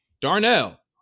Darnell